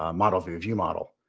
ah model-view-view-model.